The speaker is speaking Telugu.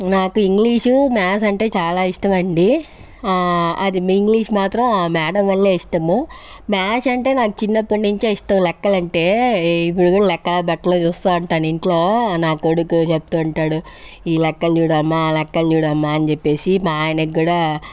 నాకు ఇంగ్లీషు మ్యాథ్స్ అంటే చాలా ఇష్టం అండి అది ఇంగ్లీష్ మాత్రం ఆ మేడం వల్లే ఇష్టము మ్యాథ్స్ అంటే నాకు చిన్నప్పటి నుంచే ఇష్టము లెక్కలు అంటే ఇప్పుడు కూడా లెక్కలు తొక్కలు చూస్తుంటా ఇంట్లో నా కొడుకు చెప్తుంటాడు ఈ లెక్కలు చూడు అమ్మ ఆ లెక్కలు చూడమ్మా అని చెప్పేసి మా ఆయనకు కూడా